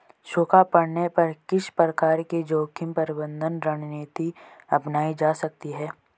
सूखा पड़ने पर किस प्रकार की जोखिम प्रबंधन रणनीति अपनाई जा सकती है?